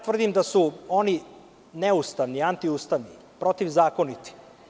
Tvrdim da su oni neustavni, antiustavni, protivzakoniti.